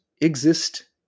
exist